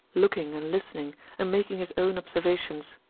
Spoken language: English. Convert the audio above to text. looking and listening and making his own observations.